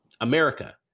America